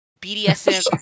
BDSM